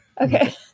Okay